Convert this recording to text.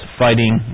fighting